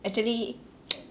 actually